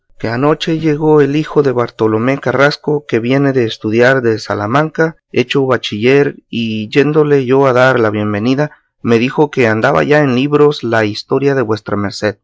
que anoche llegó el hijo de bartolomé carrasco que viene de estudiar de salamanca hecho bachiller y yéndole yo a dar la bienvenida me dijo que andaba ya en libros la historia de vuestra merced